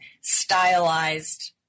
stylized